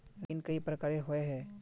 ऋण कई प्रकार होए है?